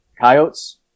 coyotes